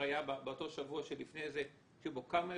היה באותו שבוע שלפני זה שבו היו כמה אירועים.